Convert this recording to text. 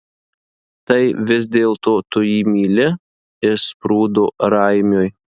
tai vis dėlto tu jį myli išsprūdo raimiui